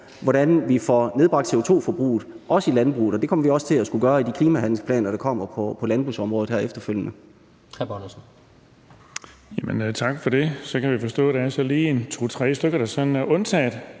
hvordan vi får nedbragt CO2-udledningen i landbruget. Det kommer vi også til at skulle gøre i de klimahandlingsplaner, der kommer på landbrugsområdet her efterfølgende.